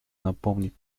напомнить